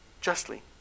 justly